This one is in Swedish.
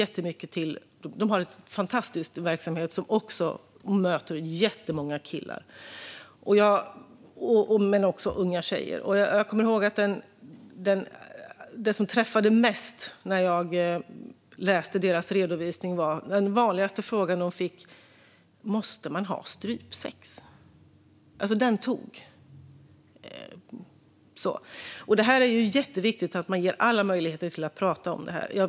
De har en fantastisk verksamhet som möter jättemånga killar men också unga tjejer. Jag kommer ihåg vad som träffade mig mest när jag läste deras redovisning. Den vanligaste frågan de fick var: Måste man ha strypsex? Alltså det tog. Det är jätteviktigt att man ger alla möjligheter att prata om detta.